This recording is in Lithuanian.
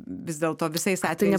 vis dėlto visais atvejais